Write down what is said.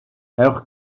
ewch